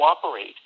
cooperate